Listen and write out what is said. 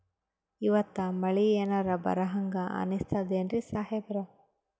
ಇವತ್ತ ಮಳಿ ಎನರೆ ಬರಹಂಗ ಅನಿಸ್ತದೆನ್ರಿ ಸಾಹೇಬರ?